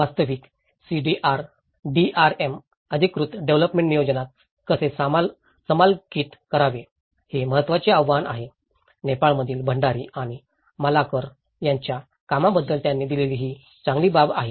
वास्तविक CBRDRM अधिकृत development नियोजनात कसे समाकलित करावे हे महत्त्वाचे आव्हान आहे नेपाळमधील भंडारी आणि मालाकर यांच्या कामाबद्दल त्यांनी दिलेली ही चांगली बाब आहे